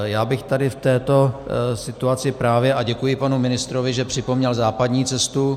Já bych tady v této situaci právě a děkuji panu ministrovi, že připomněl západní cestu.